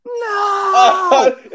no